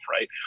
right